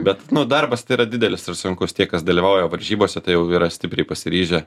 bet darbas yra didelis ir sunkus tie kas dalyvauja varžybose tai jau yra stipriai pasiryžę